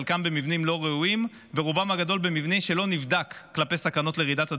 חלקם במבנים לא ראויים ורובם הגדול במבנה שלא נבדק לסכנה של רעידת אדמה.